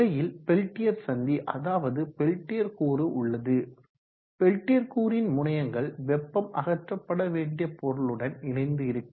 இடையில் பெல்டியர் சந்தி அதாவது பெல்டியர் கூறு உள்ளது பெல்டியர் கூறின் முனையங்கள் வெப்பம் அகற்றப்பட வேண்டிய பொருளுடன் இணைந்து இருக்கும்